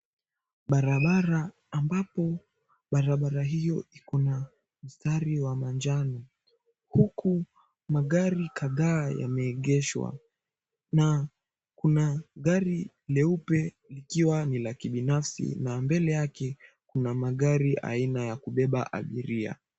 Barabara ambapo barabara hiyo iko na mstari wa manjano huku magari kadha yameegeshwa na kuna gari leupe likiwa ni la kibinafsi na mbele yake kuna magari aina ya kubeba abiria.